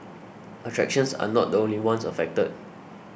attractions are not the only ones affected